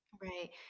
Right